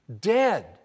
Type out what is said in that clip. Dead